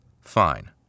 Fine